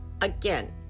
again